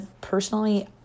personally